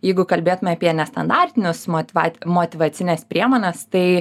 jeigu kalbėtume apie nestandartinius motyva motyvacines priemones tai